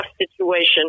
situation